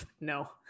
no